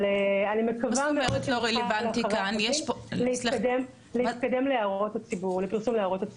אבל אני מקווה מאוד שנוכל אחרי החגים להתקדם לפרסום להערות הציבור.